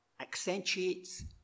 accentuates